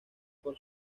por